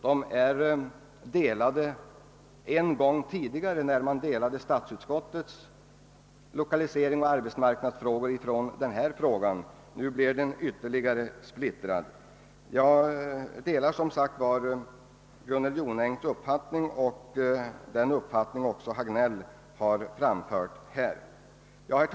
De har delats vid ett tidigare tillfälle när man skilde statsutskottets behandling av lokaliseringsoch arbetsmarknadsfrågor från dagens tema. Nu blev behandlingen ytterligare splittrad. Jag delar som sagt fru Jonängs uppfattning, liksom också herr Hagnells här framförda synpunkter i detta avseende.